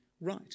right